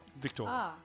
Victor